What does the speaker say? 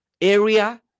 area